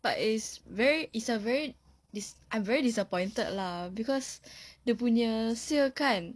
but it's very it's a very it's I'm very disappointed lah because dia punya sale kan